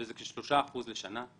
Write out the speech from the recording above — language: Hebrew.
שזה כ-3% לשנה.